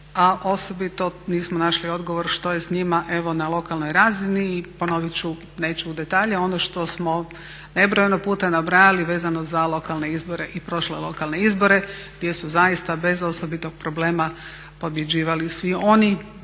a osobito nismo našli odgovor što je s njima na lokalnoj razini. I ponovit ću, neću u detalje, ono što smo nebrojeno puta nabrajali vezano za lokalne izbore i prošle lokalne izbore gdje su zaista bez osobitog problema pobjeđivali svi oni